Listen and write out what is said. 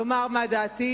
לומר מה דעתי,